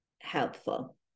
helpful